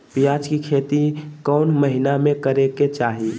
प्याज के खेती कौन महीना में करेके चाही?